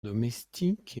domestique